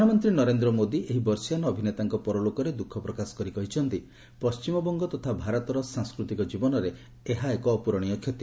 ପ୍ରଧାନମନ୍ତ୍ରୀ ନରେନ୍ଦ୍ର ମୋଦୀ ଏହି ବର୍ଷୀୟାନ ଅଭିନେତାଙ୍କ ପରଲୋକରେ ଦୁଃଖ ପ୍ରକାଶ କରି କହିଛନ୍ତି ପଣ୍ଟିମବଙ୍ଗ ତଥା ଭାରତର ସାଂସ୍କୃତିକ ଜୀବନରେ ଏହା ଏକ ଅପ୍ରରଣୀୟ କ୍ଷତି